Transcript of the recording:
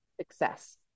success